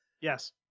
Yes